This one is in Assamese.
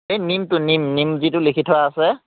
সেই নিমটো নিম নিম যিটো লিখি থোৱা আছে